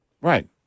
Right